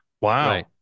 Wow